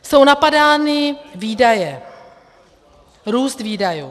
Jsou napadány výdaje, růst výdajů.